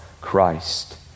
Christ